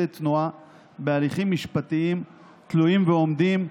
תנועה בהליכים משפטיים תלויים ועומדים,